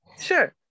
Sure